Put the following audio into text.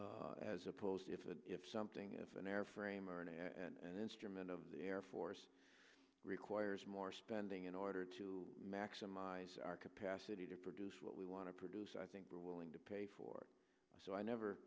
airliner as opposed to something of an airframe or an and instrument of the air force requires more spending in order to maximize our capacity to produce what we want to produce i think we're willing to pay for it so i never